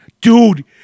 dude